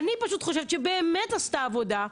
אני פשוט חושבת שבאמת נעשתה עבודה.